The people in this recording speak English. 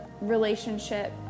relationship